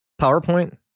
PowerPoint